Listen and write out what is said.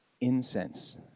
incense